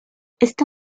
esto